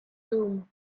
zoom